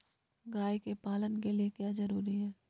गाय के पालन के लिए क्या जरूरी है?